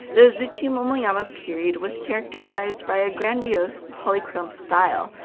the azuchi-momoyama period was characterized by a grandiose polychrome style,